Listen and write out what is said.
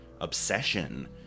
obsession